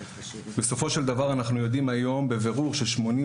בסופו של דבר אנחנו יודעים היום בבירור ש-82